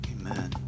Amen